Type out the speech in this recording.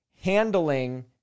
handling